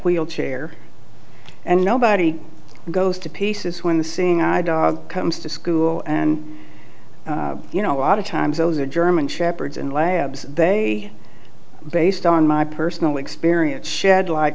wheelchair and nobody goes to pieces when the seeing eye dog comes to school and you know a lot of times those are german shepherds and labs they based on my personal experience shed like